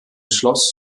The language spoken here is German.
schloss